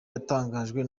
yatangajwe